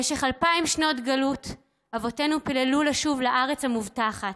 במשך אלפיים שנות גלות אבותינו פיללו לשוב לארץ המובטחת,